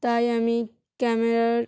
তাই আমি ক্যামেরার